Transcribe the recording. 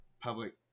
public